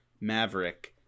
Maverick